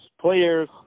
players